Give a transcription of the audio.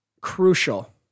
crucial